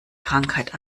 krankheit